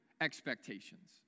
expectations